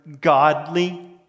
Godly